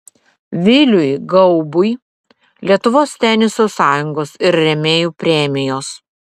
viliui gaubui lietuvos teniso sąjungos ir rėmėjų premijos